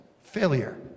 Failure